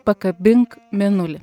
pakabink mėnulį